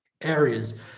areas